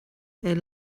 beidh